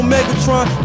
Megatron